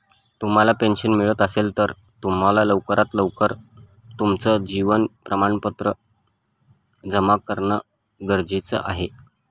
तुम्हाला पेन्शन मिळत असेल, तर तुम्हाला लवकरात लवकर तुमचं जीवन प्रमाणपत्र जमा करणं गरजेचे आहे